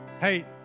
Hey